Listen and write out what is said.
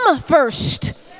first